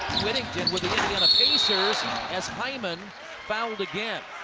whittington for the indiana pacers as hyman fouled again.